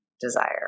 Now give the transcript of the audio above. desire